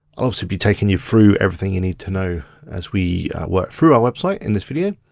i'll also be taking you through everything you need to know as we work through our website in this video.